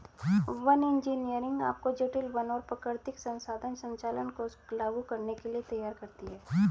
one इंजीनियरिंग आपको जटिल वन और प्राकृतिक संसाधन संचालन को लागू करने के लिए तैयार करती है